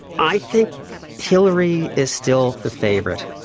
i think hillary is still the favourite,